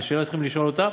זו שאלה שצריכים לשאול אותם.